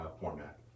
format